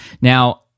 Now